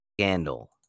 Scandal